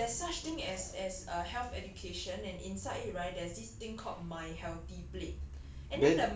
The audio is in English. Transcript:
有有 there's such thing as as uh health education and inside right there's this thing called my healthy plate